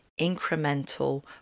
incremental